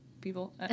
people